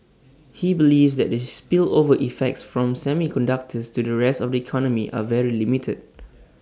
he believes that the spillover effects from semiconductors to the rest of economy are very limited